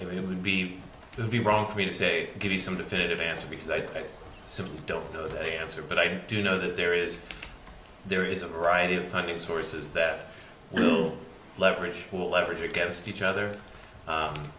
you would be to be wrong for me to say give you some definitive answer because i simply don't answer but i do know that there is there is a variety of funding sources that you leverage will leverage against each other